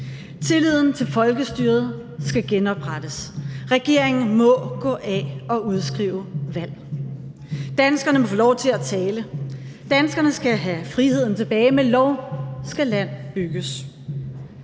Tilliden til folkestyret skal genoprettes, regeringen må gå af og udskrive valg. Danskerne må få lov til at tale. Danskerne skal have friheden tilbage. Med lov skal land bygges!